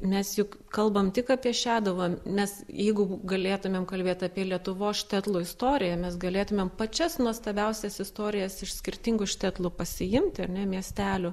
mes juk kalbam tik apie šeduvą nes jeigu galėtumėm kalbėt apie lietuvos štetlų istoriją mes galėtumėm pačias nuostabiausias istorijas iš skirtingų štetlų pasiimt ar ne miestelių